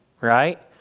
right